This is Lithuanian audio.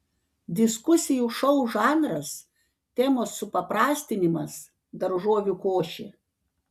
diskusijų šou žanras temos supaprastinimas daržovių košė